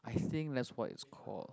I think that's what it's called